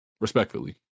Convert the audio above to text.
respectfully